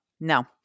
No